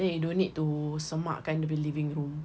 then you don't need to semak kan the living room